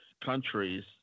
countries